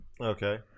Okay